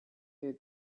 her